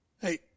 Hey